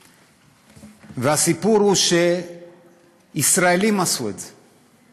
והסיפור הוא שישראלים עשו את זה.